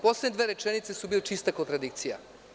Poslednje dve rečenice su bile čista kontradikcija.